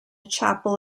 chapel